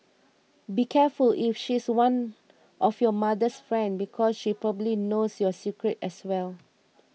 be careful if she's one of your mother's friend because she probably knows your secrets as well